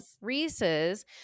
Reese's